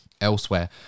elsewhere